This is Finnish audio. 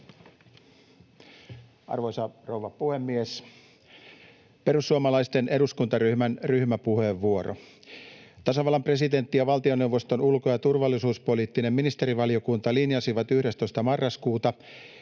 Arvoisa rouva puhemies! Perussuomalaisten eduskuntaryhmän ryhmäpuheenvuoro. Tasavallan presidentti ja valtioneuvoston ulko- ja turvallisuuspoliittinen ministerivaliokunta linjasivat 11. marraskuuta,